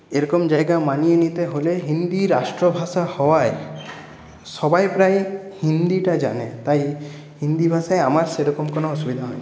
এরকম জায়গায় মানিয়ে নিতে হলে হিন্দি রাষ্ট্রভাষা হওয়ায় সবাই প্রায় হিন্দিটা জানে তাই হিন্দি ভাষায় আমার সেরকম কোন অসুবিধা হয়নি